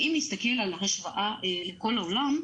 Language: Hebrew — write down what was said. אם נסתכל על ההשוואה לכל העולם,